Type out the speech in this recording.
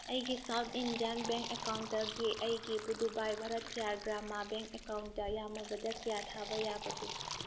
ꯑꯩꯒꯤ South Indian bank ꯑꯦꯛꯀꯥꯎꯗꯒꯤ ꯑꯩꯒꯤ ꯄꯨꯗꯨꯕꯥꯏ ꯚꯥꯔꯊꯤꯌꯥꯔ ꯒ꯭ꯔꯥꯃꯥ ꯕꯦꯡ ꯑꯦꯛꯀꯥꯎꯗ ꯌꯥꯝꯃꯕꯗ ꯀꯌꯥ ꯊꯥꯕ ꯌꯥꯕꯒꯦ